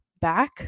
back